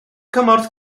cymorth